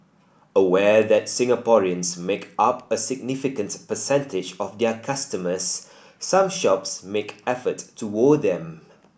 aware that Singaporeans make up a significant percentage of their customers some shops make effort to woo them